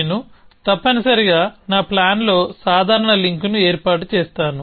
నేను తప్పనిసరిగా నా ప్లాన్లో సాధారణ లింక్ను ఏర్పాటు చేసాను